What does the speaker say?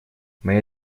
моя